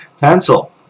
Pencil